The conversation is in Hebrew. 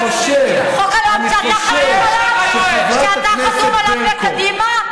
כי אני חושב, חוק הלאום שאתה חתום עליו בקדימה?